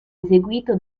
eseguito